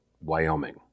Wyoming